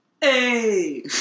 hey